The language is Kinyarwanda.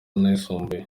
n’ayisumbuye